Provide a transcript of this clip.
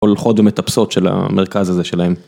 הולכות ומטפסות של המרכז הזה שלהם.